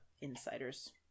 insiders